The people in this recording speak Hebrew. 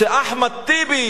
כשאחמד טיבי